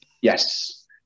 yes